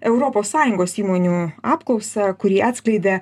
europos sąjungos įmonių apklausą kuri atskleidė